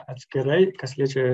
atskirai kas liečia